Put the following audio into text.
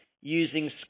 using